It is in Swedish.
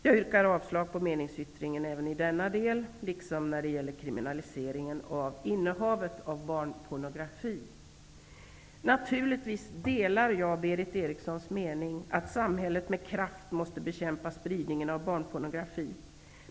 Jag yrkar avslag på meningsyttringen i denna del liksom när det gäller kriminaliseringen av innehav av barnpornografi. Naturligtvis delar jag Berith Erikssons mening att samhället med kraft måste bekämpa spridningen av barnpornografi.